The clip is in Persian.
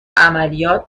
عملیات